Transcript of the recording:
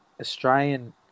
Australian